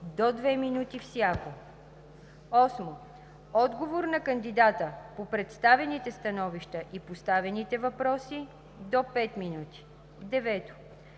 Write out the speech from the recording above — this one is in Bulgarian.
до 2 минути всяко. 8. Отговор на кандидата по представените становища и поставените въпроси – до 5 минути. 9.